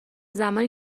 زمانی